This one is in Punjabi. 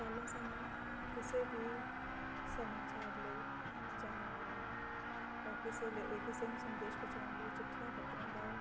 ਪਹਿਲਾਂ ਸਾਨੂੰ ਕਿਸੇ ਵੀ ਸਮਾਚਾਰ ਲਈ ਜਾਂ ਕਿਸੇ ਲਈ ਕਿਸੇ ਨੂੰ ਸੰਦੇਸ਼ ਪਹੁੰਚਾਉਣ ਲਈ ਚਿੱਠੀਆਂ ਪੱਤਰਾਂ ਦਾ